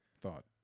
Thought